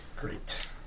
Great